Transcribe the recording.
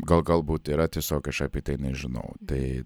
gal galbūt yra tiesiog aš apie tai nežinau tai